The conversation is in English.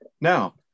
Now